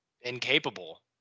incapable